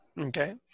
Okay